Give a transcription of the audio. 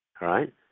right